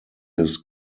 his